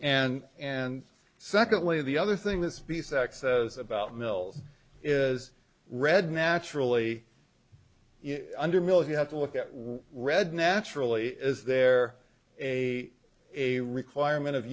and and secondly the other thing this be sex is about mills is red naturally under mil you have to look at read naturally is there a a requirement of